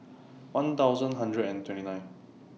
one thousand hundred and twenty nine